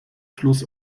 fluss